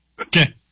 Okay